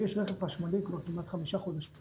לי יש רכב חשמלי כבר כמעט 5 חודשים,